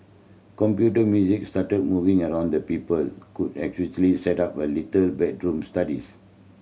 computer music started moving around the people could set up little bedroom studies